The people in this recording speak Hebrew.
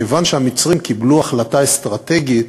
כיוון שהמצרים קיבלו החלטה אסטרטגית